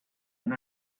and